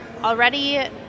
already